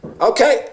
okay